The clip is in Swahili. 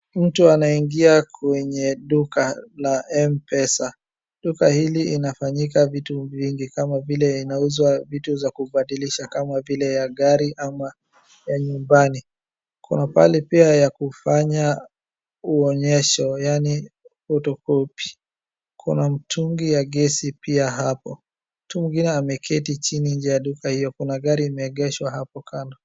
Mtu anaingia kwenye duka la mpesa, duka hili linafanyika vitu vingi kama vile inauzwa vitu za kubadilisha kama vile ya gari ama ya nyumbani. Kuna pahali pia ya kufanya uonyesho yaani photocopy , kuna mtu ya gesi pia hapo. Mtu mwingine ameketi chini nje ya duka hiyo, kuna gari limeegeshwa hapo.